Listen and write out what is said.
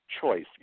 choice